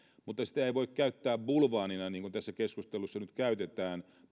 mutta sitä ei voi käyttää bulvaanina panettelulle ja solvaavalle puheelle niin kuin tässä keskustelussa nyt käytetään